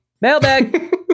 Mailbag